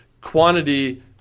quantity